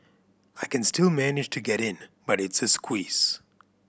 I can still manage to get in but it's a squeeze